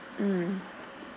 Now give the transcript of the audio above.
mm